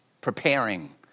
preparing